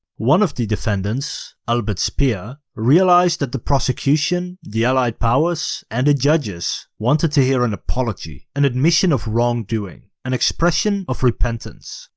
one of the defendants, albert speer, realized that the prosecution, the allied powers, and the judges wanted to hear an apology, an admission of wrongdoing, an expression of repentance.